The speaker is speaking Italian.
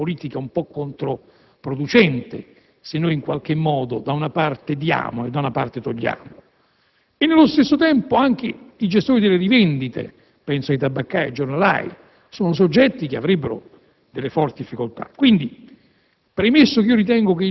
ovviamente una politica un po' controproducente se noi da una parte dessimo e dall'altra togliessimo. Nello stesso tempo, anche i gestori delle rivendite - penso ai tabaccai, ai giornalai - sono soggetti che avrebbero delle forti difficoltà.